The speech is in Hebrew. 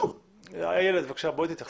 איילת, בבקשה תתייחסי.